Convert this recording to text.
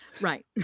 Right